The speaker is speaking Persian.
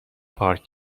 پارک